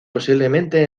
posiblemente